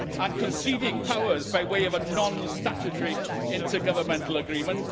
and conceding powers by way of a non-statutory inter-governmental agreement,